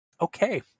Okay